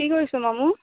কি কৰিছো মামু